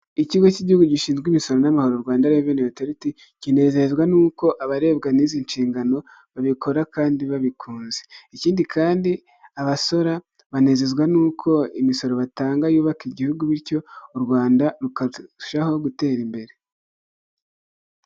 Ikigo cy'igihugu gishinzwe imisoro n'amahoro Rwanda reveni otoriti kinezezwa nuko abarebwa n'izi nshingano babikora kandi babikunze ikindi kandi abasora banezezwa nukouko imisoro batanga yubaka igihugu bityo u rwanda rukarushaho gutera imbere.